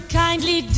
kindly